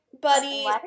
buddy